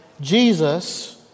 Jesus